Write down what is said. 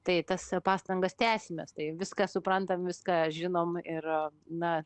tai tas pastangas tęsim mes tai viską suprantam viską žinom ir na